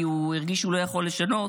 כי הוא הרגיש שהוא לא יכול לשנות,